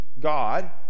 God